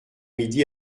midi